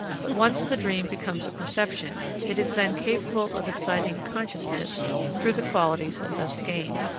but once the dream becomes a perception, it is then capable of exciting consciousness through the qualities thus gained.